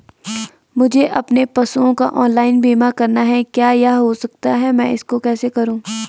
मुझे अपने पशुओं का ऑनलाइन बीमा करना है क्या यह हो सकता है मैं इसको कैसे करूँ?